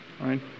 right